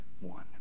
one